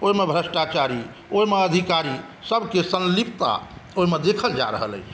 भ्रष्टाचारी ओहिमे अधिकारी सभके संलिप्तता ओहिमे देखल जा रहल अछि